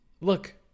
Look